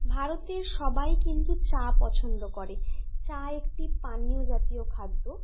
ভারতের সবাই কিন্তু চা পছন্দ করে চা একটি পানীয় জাতীয় খাদ্য